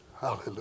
Hallelujah